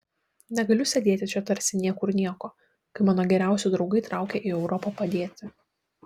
negaliu sėdėti čia tarsi niekur nieko kai mano geriausi draugai traukia į europą padėti